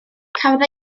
cafodd